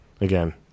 again